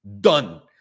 done